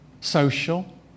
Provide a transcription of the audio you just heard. social